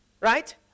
Right